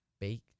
baked